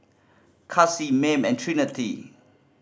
Kaci Mayme and Trinity